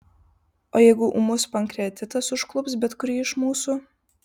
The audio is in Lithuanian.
o jeigu ūmus pankreatitas užklups bet kurį iš mūsų